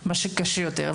מה שקשה יותר,